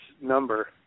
number